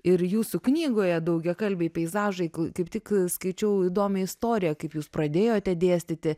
ir jūsų knygoje daugiakalbiai peizažai kaip tik skaičiau įdomią istoriją kaip jūs pradėjote dėstyti